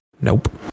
Nope